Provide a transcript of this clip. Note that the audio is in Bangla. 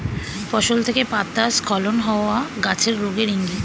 ফসল থেকে পাতা স্খলন হওয়া গাছের রোগের ইংগিত